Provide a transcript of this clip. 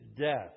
death